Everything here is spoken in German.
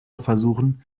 versuchen